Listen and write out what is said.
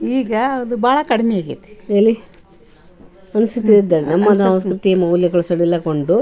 ಈಗ ಅದು ಭಾಳ ಕಡ್ಮೆ ಆಗೈತಿ ಎಲ್ಲಿ ಅನ್ಸುತ್ತಿದ್ದಾರೆ ನಮ್ಮ ಸಂಸ್ಕೃತಿ ಮೂಲಗಳು ಸಡಿಲಗೊಂಡು